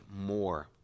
more